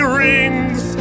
rings